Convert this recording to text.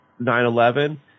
9-11